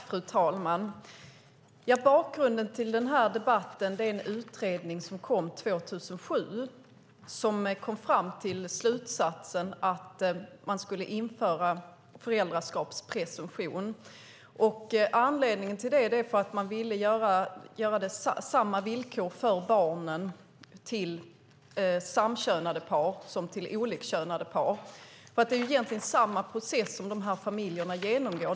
Fru talman! Bakgrunden till denna debatt är den utredning från 2007 som kom fram till slutsatsen att man skulle införa föräldraskapspresumtion. Anledningen var att man ville ha samma villkor för barn till samkönade par som till olikkönade par. Det är ju samma process som familjerna genomgår.